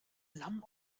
lamm